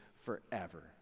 forever